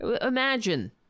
Imagine